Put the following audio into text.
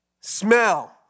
smell